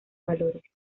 valores